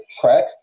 track